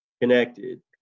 connected